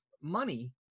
money